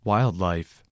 Wildlife